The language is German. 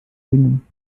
singen